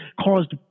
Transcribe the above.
caused